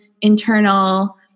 internal